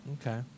Okay